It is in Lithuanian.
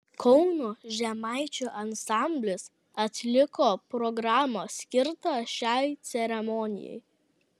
kauno žemaičių ansamblis atliko programą skirtą šiai ceremonijai